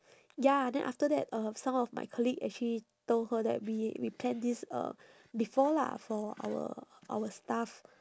ya then after that um some of my colleague actually told her that we we planned this uh before lah for our our staff